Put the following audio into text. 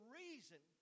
reason